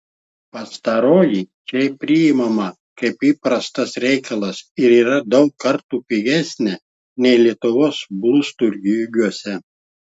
pastaroji čia priimama kaip įprastas reikalas ir yra daug kartų pigesnė nei lietuvos blusturgiuose